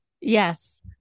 Yes